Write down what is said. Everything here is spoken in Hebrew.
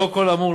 לאור כל האמור,